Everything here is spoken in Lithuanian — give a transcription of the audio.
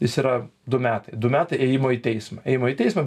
jis yra du metai du metai ėjimo į teismą ėjimo į teismą